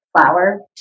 flower